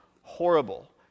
horrible